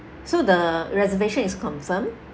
so the reservation is confirmed